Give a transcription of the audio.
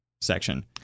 section